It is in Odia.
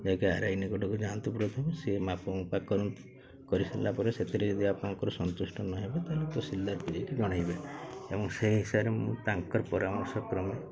ଯାଇକି ଆରାଇନିକ ଗୋଟେକୁ ଯାଆନ୍ତୁ ପ୍ରଥମେ ସେ ମାପ କରନ୍ତୁ କରିସାରିଲା ପରେ ସେଥିରେ ଯଦି ଆପଣଙ୍କର ସନ୍ତୁଷ୍ଟ ନହେଲେ ତାହେଲେ ତ ସିଲ ପିଇକି ଜଣାଇବେ ଏବଂ ସେଇ ହିସାବରେ ମୁଁ ତାଙ୍କର ପରାମର୍ଶ କ୍ରମେ